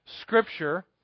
Scripture